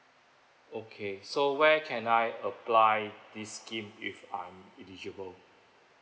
okay so where can I apply this scheme if I'm eligible